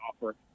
offer